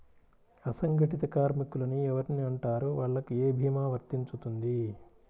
అసంగటిత కార్మికులు అని ఎవరిని అంటారు? వాళ్లకు ఏ భీమా వర్తించుతుంది?